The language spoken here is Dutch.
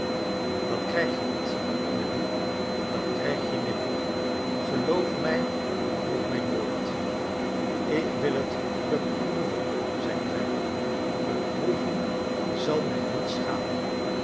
dat krijg je niet clennam dat krijg je nimmer geloof mij nu op mijn woord ik wil het beproeven zei clennam beproeven zal mij niet schaden